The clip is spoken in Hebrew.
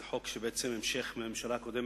זה חוק שהוא בעצם המשך מהממשלה הקודמת.